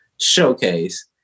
Showcase